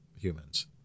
humans